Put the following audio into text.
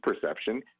perception